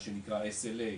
מה שנקרא SLA,